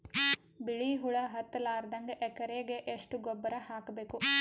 ಬಿಳಿ ಹುಳ ಹತ್ತಲಾರದಂಗ ಎಕರೆಗೆ ಎಷ್ಟು ಗೊಬ್ಬರ ಹಾಕ್ ಬೇಕು?